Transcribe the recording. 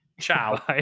Ciao